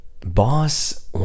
boss